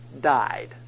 died